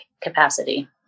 capacity